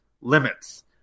limits